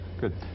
Good